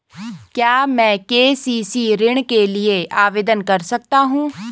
क्या मैं के.सी.सी ऋण के लिए आवेदन कर सकता हूँ?